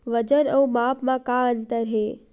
वजन अउ माप म का अंतर हे?